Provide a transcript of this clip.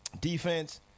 defense